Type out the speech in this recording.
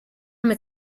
mit